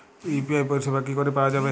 UPI পরিষেবা কি করে পাওয়া যাবে?